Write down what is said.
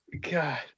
God